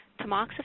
tamoxifen